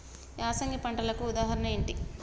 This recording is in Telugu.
యాసంగి పంటలకు ఉదాహరణ ఏంటి?